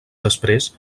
després